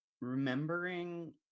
remembering